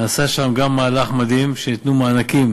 נעשה שם גם מהלך מדהים, שייתנו מענקים